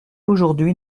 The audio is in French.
aujourd’hui